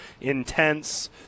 intense